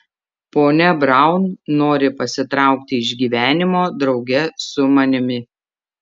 ponia braun nori pasitraukti iš gyvenimo drauge su manimi